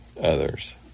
others